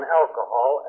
alcohol